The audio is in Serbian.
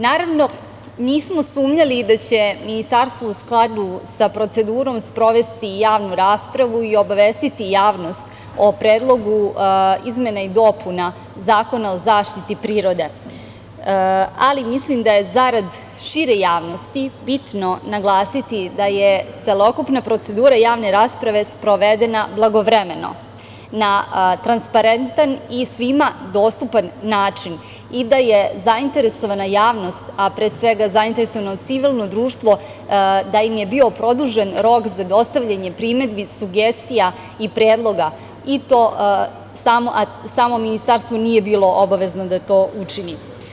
Naravno nismo sumnjali da će Ministarstvo u skladu sa procedurom sprovesti javnu raspravu i obavestiti javnost o predlogu izmena i dopuna Zakona o zaštiti prirode, ali mislim da je zarad šire javnosti bitno naglasiti da je celokupna procedura javne rasprave sprovedena blagovremeno, na transparentan i svima dostupan način i da je zainteresovana javnost, a pre svega zainteresovano civilno društvo da im je bio produžen rok za dostavljanje primedbi, sugestija i predloga i to samo Ministarstvo nije bilo obavezno da to učini.